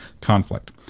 conflict